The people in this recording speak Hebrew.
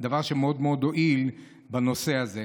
דבר שמאוד מאוד הועיל בנושא הזה.